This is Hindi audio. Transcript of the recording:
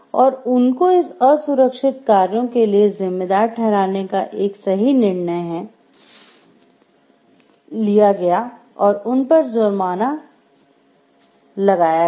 और उनको इस असुरक्षित कार्यों के लिए ज़िम्मेदार ठहराने का एक सही निर्णय है लिया गया और उन पर जुर्माना लगाया गया